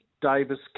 Davis